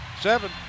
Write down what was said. Seven